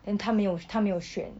then 他没有他没有选